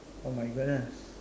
oh my-goodness